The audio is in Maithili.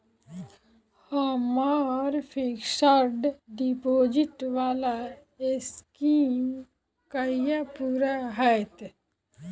हम्मर फिक्स्ड डिपोजिट वला स्कीम कहिया पूरा हैत?